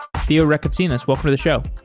theo rekatsinas, welcome to the show.